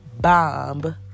bomb